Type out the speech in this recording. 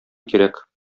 кирәк